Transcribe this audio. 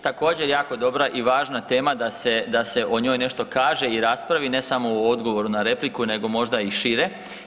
Također jako dobra i važna tema da se o njoj nešto kaže i raspravi ne samo u odgovoru na repliku nego možda i šire.